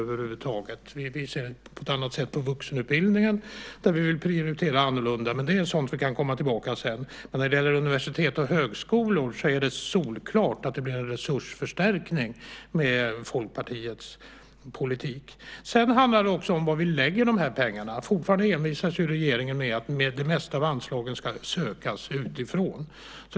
Vi ser på annat sätt på vuxenutbildningen, där vi vill prioritera annorlunda. Det är sådant vi kan komma tillbaka till sedan. När det gäller universitet och högskolor är det solklart att det blir en resursförstärkning med Folkpartiets politik. Det handlar också om var vi lägger pengarna. Regeringen envisas fortfarande med att det mesta av anslagen ska sökas utifrån.